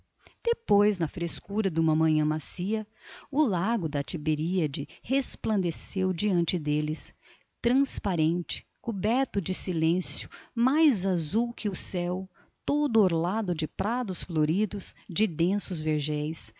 depois na frescura de uma manhã macia o lago de tiberíade resplandeceu diante deles transparente coberto de silêncio mais azul que o céu todo orlado de prados floridos de densos vergéis